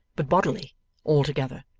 but bodily altogether.